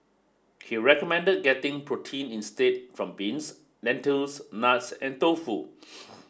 he recommended getting protein instead from beans lentils nuts and tofu